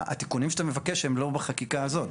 התיקונים שאתה מבקש הם לא בחקיקה הזאת.